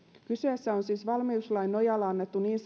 kyseessä on siis valmiuslain nojalla annettu niin